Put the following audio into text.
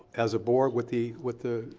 as a board with the with the